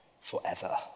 forever